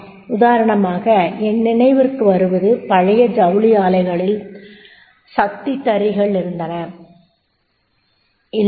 உதாரணமாக என் நினைவிற்கு வருவது பழைய ஜவுளி ஆலைகளில் சக்தி தறி கள் இருந்தன இல்லையா